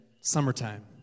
summertime